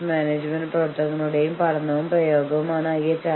അപ്പോൾ ഫാക്ടറി ഉടമകൾ പറയുന്നു ഞങ്ങൾക്ക് മതിയായ ഭൂമിയില്ല